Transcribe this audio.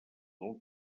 del